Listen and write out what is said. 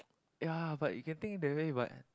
ya but you can think that way but